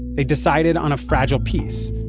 they decided on a fragile peace,